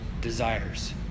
desires